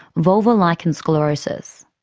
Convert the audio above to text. vulvar lichen sclerosus.